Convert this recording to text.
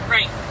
Right